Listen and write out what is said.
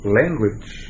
language